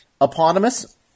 eponymous